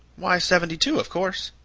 why, seventy-two, of course.